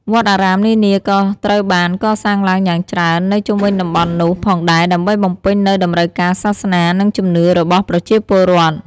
វត្តអារាមនានា ក៏ត្រូវបាន កសាងឡើងយ៉ាងច្រើន នៅ ជុំវិញតំបន់នោះ ផងដែរ ដើម្បីបំពេញនូវ តម្រូវការសាសនា និង ជំនឿ របស់ ប្រជាពលរដ្ឋ។